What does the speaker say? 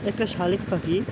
একটা শালিক পাখি